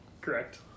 Correct